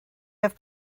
have